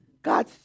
God